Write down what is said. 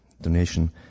donation